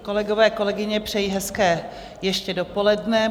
Kolegové, kolegyně, přeji hezké ještě dopoledne.